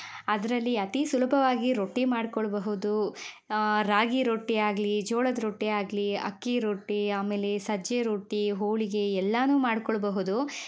ಅದರಲ್ಲಿ ಅತೀ ಸುಲಭವಾಗಿ ರೊಟ್ಟಿ ಮಾಡ್ಕೊಳ್ಳಬಹುದು ರಾಗಿ ರೊಟ್ಟಿ ಆಗಲಿ ಜೋಳದ ರೊಟ್ಟಿ ಆಗಲಿ ಅಕ್ಕಿ ರೊಟ್ಟಿ ಆಮೇಲೆ ಸಜ್ಜೆ ರೊಟ್ಟಿ ಹೋಳಿಗೆ ಎಲ್ಲಾನು ಮಾಡ್ಕೊಳ್ಳಬಹುದು